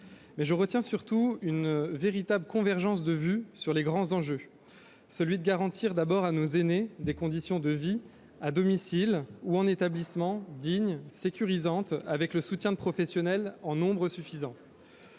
loi. Je retiens surtout une véritable convergence de vues sur les grands enjeux. D'une part, garantir à nos aînés des conditions de vie à domicile ou en établissement dignes, sécurisantes, avec le soutien de professionnels en nombre suffisant.